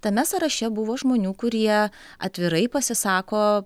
tame sąraše buvo žmonių kurie atvirai pasisako